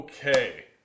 okay